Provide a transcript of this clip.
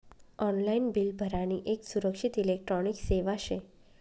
online bill भरानी येक सुरक्षित इलेक्ट्रॉनिक सेवा शे